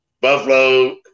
Buffalo